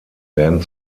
werden